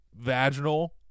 vaginal